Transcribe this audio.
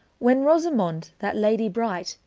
when rosamond, that ladye brighte,